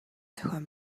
зохион